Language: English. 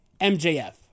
MJF